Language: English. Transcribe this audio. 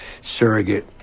surrogate